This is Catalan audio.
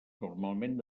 normalment